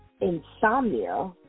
insomnia